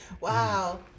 Wow